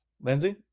Lindsay